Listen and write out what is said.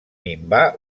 minvar